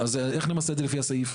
אז איך נמסה את זה לפי הסעיף.